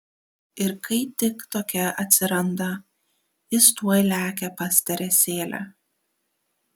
ir kai tik tokia atsiranda jis tuoj lekia pas teresėlę